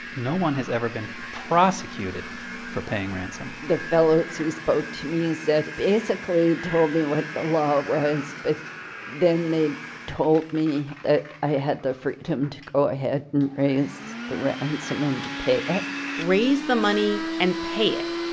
no one has ever been prosecuted for paying ransom the fellows who spoke to me said basically told me what the law was. but then they told me that i had the freedom to go ahead and raise the ransom and to pay ah it raise the money and pay it.